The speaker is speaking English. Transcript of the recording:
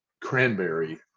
cranberry